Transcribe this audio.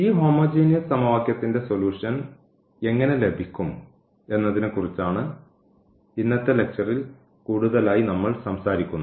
ഈ ഹോമോജീനിയസ് സമവാക്യത്തിൻറെ സൊലൂഷൻ എങ്ങനെ ലഭിക്കും എന്നതിനെക്കുറിച്ചാണ് ഇന്നത്തെ ലക്ച്ചറിൽ കൂടുതലായി നമ്മൾ സംസാരിക്കുന്നത്